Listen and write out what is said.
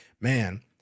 Man